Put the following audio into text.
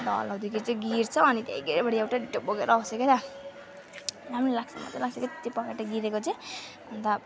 अन्त हल्लाउँदाखेरि चाहिँ गिर्छ अनि त्यहीँबाट बोकेर आउँछ के त राम्रो लाग्छ मजा लाग्छ के त्यो पखेटा गिरेको चाहिँ अन्त